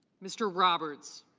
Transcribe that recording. mr. roberts.